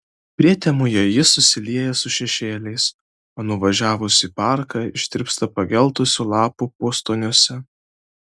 prietemoje ji susilieja su šešėliais o nuvažiavus į parką ištirpsta pageltusių lapų pustoniuose